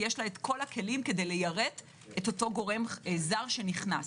יש לה כל הכלים ליירט אותו גורם זר שנכנס.